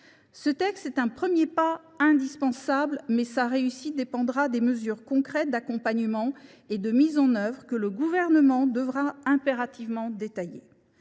Ce texte est un premier pas indispensable, mais sa réussite dépendra des mesures concrètes d’accompagnement et de mise en œuvre que le Gouvernement devra impérativement détailler.